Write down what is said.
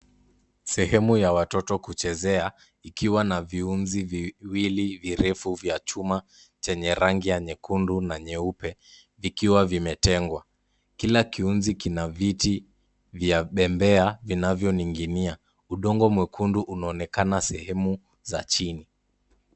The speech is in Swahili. Sehemu ya watoto kuchezea, ikiwa na viunzi virefu viwili vya chuma chenye rangi ya nyekundu na nyeupe vikiwa vimetengwa. Kila kiunzi kina viti vya pembea vinavyoning'ia. Udongo mwekundu unaonekana sehemu za chini.